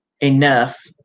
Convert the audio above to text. enough